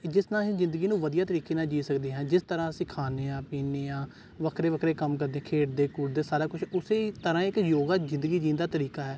ਜਿਸ ਨਾਲ ਅਸੀਂ ਜ਼ਿੰਦਗੀ ਨੂੰ ਵਧੀਆ ਤਰੀਕੇ ਨਾਲ ਜੀਅ ਸਕਦੇ ਹਾਂ ਜਿਸ ਤਰ੍ਹਾਂ ਅਸੀਂ ਖਾਂਦੇ ਹਾਂ ਪੀਂਦੇ ਹਾਂ ਵੱਖਰੇ ਵੱਖਰੇ ਕੰਮ ਕਰਦੇ ਖੇਡਦੇ ਕੁੱਦ ਦੇ ਸਾਰਾ ਕੁਝ ਉਸੇ ਹੀ ਤਰ੍ਹਾਂ ਇੱਕ ਯੋਗਾ ਜ਼ਿੰਦਗੀ ਜਿਉਣ ਦਾ ਤਰੀਕਾ ਹੈ